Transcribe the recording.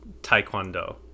Taekwondo